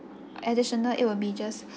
additional it will be just